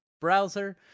browser